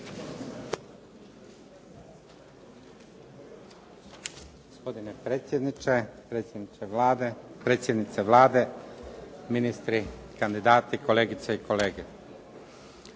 Gospodine predsjedniče, predsjednice Vlade, ministri, kandidati, kolegice i kolege.